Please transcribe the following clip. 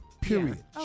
Period